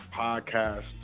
podcast